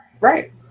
Right